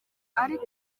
ariko